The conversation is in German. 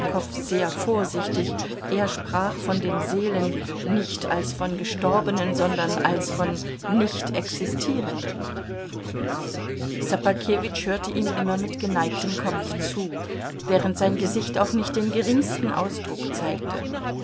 tschitschikow sehr vorsichtig er sprach von den seelen nicht als von gestorbenen sondern als von nichtexistierenden ssobakewitsch hörte ihm immer mit geneigtem kopf zu während sein gesicht auch nicht den geringsten ausdruck zeigte